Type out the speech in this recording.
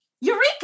eureka